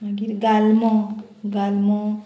मागीर गालमो गालमो